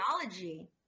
technology